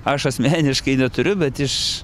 aš asmeniškai neturiu bet iš